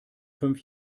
fünf